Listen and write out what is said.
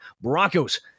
Broncos